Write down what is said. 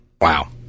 Wow